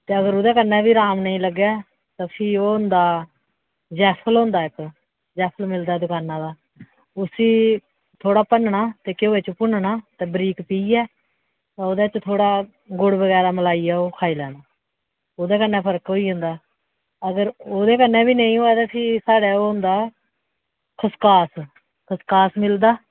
ते अगर ओह्दे कन्नै बी अराम नेईं लग्गै तां फ्ही ओह् होंदा जैफल होंदा इक्क जैफल मिलदा दकानै दा उस्सी थोह्ड़ा भन्नना ते थोह्ड़ा घ्योऽ च भुनना ते पीहियै ओह्दे च थोह्ड़ा गुड़ बगैरा मलाइयै ओह् खाई लैना ओह्दे कन्नै फर्क होई जंदा ते अगर ओह्दे कन्नै बी नेईं होऐ तां फ्ही साढ़े ओह् होंदा खसकास खसकास मिलदा